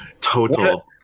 total